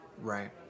Right